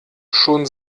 schon